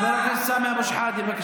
חבר הכנסת סמי אבו שחאדה.